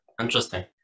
Interesting